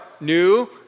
new